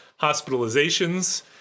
hospitalizations